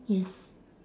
yes